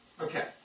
okay